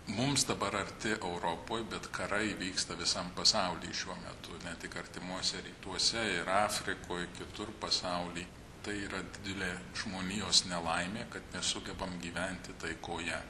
mums dabar arti europoj bet karai vyksta visam pasauly šiuo metu ne tik artimuose rytuose ir afrikoj kitur pasauly tai yra didilė žmonijos nelaimė kad nesugebam gyventi taikoje